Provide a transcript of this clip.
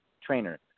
trainer